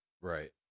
Right